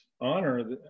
honor